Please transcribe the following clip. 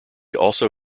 also